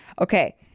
okay